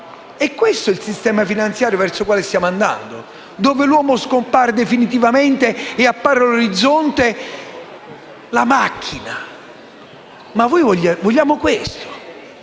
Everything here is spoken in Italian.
È questo il sistema finanziario verso il quale stiamo andando, dove l'uomo scompare definitivamente e appare all'orizzonte la macchina? Ma noi vogliamo questo?